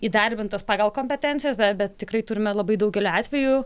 įdarbintas pagal kompetencijas bet tikrai turime labai daugelį atvejų